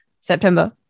September